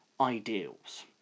ideals